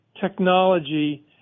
technology